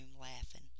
laughing